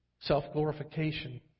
self-glorification